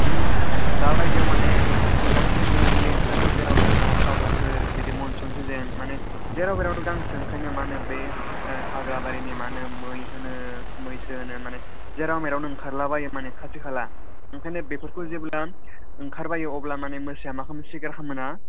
नों दा बायदियाव माने गांसो गोरलै गोरलै ओंखारोना जेराव बेरावनो अखा बोथोर बिदि मनसुन सिजोन माने जेराव बेरावनो गांसो ओंखायनो माने बे हाग्रा बारिनि माने मै होनो मैसो होनो जेराव मेरावनो ओंखारला बायो माने खाथि खाला ओंखायनो बेफोरखौ जेब्ला ओंखारबायो अब्ला मोसाया मा खालामो सिगां खालामोना